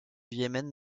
yémen